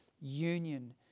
union